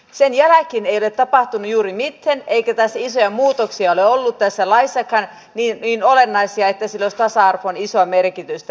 sen jälkeen ei ole tapahtunut juuri mitään eikä tässä isoja muutoksia ole ollut tässä laissakaan niin olennaisia että sillä olisi tasa arvoon isoa merkitystä